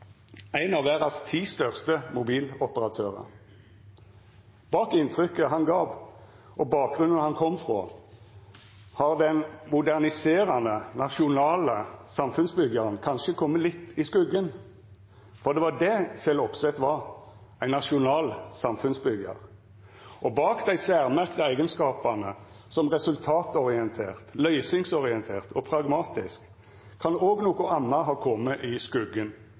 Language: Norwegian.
ein av verdas ti største mobiloperatørar. Bak inntrykket han gav, og bakgrunnen han kom frå, har den moderniserande, nasjonale samfunnsbyggjaren kanskje kome litt i skuggen. For det var det Kjell Opseth var – ein nasjonal samfunnsbyggjar. Bak dei særmerkte eigenskapane som resultatorientert, løysingsorientert og pragmatisk kan òg noko anna ha kome i skuggen: